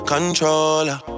Controller